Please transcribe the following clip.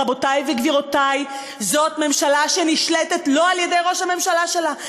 רבותי וגבירותי: זאת ממשלה שנשלטת לא על-ידי ראש הממשלה שלה,